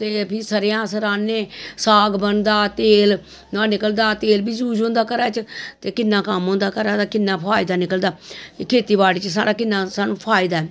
ते फ्ही सरेंआं अस रहानें साग बनदा तेल नोहाड़ा निकलदा तेल बी ज़ूस होंदा घरै च ते किन्ना कम्म होंदा घरा दा किन्ना फायदा निकलदा खेत्ती बाड़ी च साढ़ा किन्ना सानूं फैदा ऐ